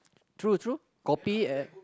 true true copy and